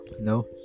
No